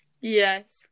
Yes